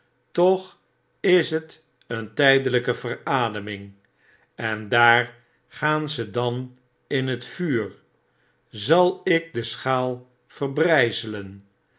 toch is het een tydelijke verademing en daar gaan ze dan in het vuur zal ik de schaal